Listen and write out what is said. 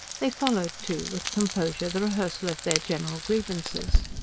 they followed, too, with composure, the rehearsal of their general grievances.